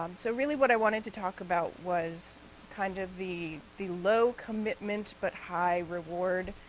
um so really what i wanted to talk about was kind of the the low commitment but high reward